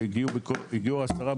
והגיעו עשרה.